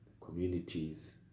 communities